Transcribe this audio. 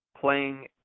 playing